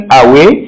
away